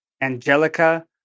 Angelica